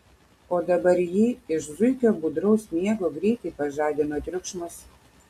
o dabar jį iš zuikio budraus miego greitai pažadino triukšmas